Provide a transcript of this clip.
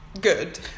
good